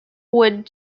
would